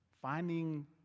finding